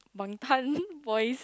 bangtan boys